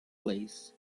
place